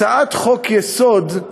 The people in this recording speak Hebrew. הצעת חוק-יסוד: